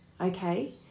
okay